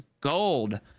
gold